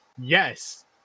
Yes